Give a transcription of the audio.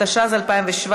התשע"ז 2017,